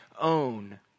own